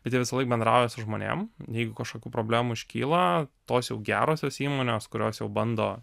bet jie visąlaik bendrauja su žmonėm jeigu kažkokių problemų iškyla tos jau gerosios įmonės kurios jau bando